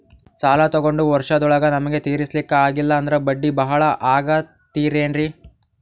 ಸಾಲ ತೊಗೊಂಡು ವರ್ಷದೋಳಗ ನಮಗೆ ತೀರಿಸ್ಲಿಕಾ ಆಗಿಲ್ಲಾ ಅಂದ್ರ ಬಡ್ಡಿ ಬಹಳಾ ಆಗತಿರೆನ್ರಿ?